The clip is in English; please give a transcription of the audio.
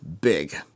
big